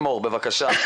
מור, בבקשה.